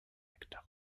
acteur